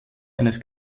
eines